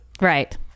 Right